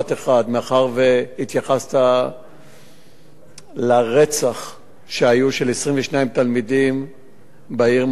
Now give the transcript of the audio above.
מאחר שהתייחסת לרצח של 22 תלמידים בעיר מעלות,